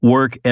Work